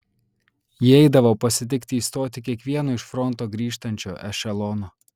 ji eidavo pasitikti į stotį kiekvieno iš fronto grįžtančio ešelono